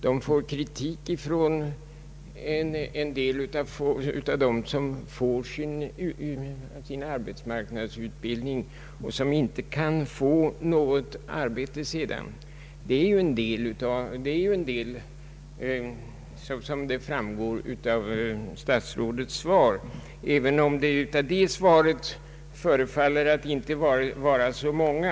Det får kritik från en del av dem som får arbetsmarknadsutbildning och som inte kan få något arbete sedan, det framgår av statsrådets svar även om det inte förefaller att vara så många.